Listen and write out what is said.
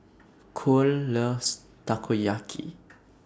Kole loves Takoyaki